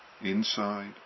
inside